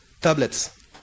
tablets